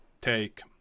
take